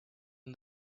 and